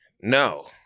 No